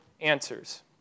answers